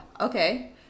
okay